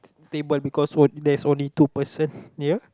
table because what there's only two person near